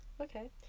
Okay